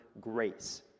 grace